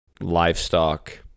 livestock